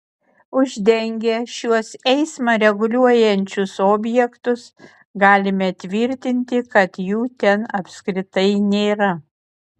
uždengę šiuos eismą reguliuojančius objektus galime tvirtinti kad jų ten apskritai nėra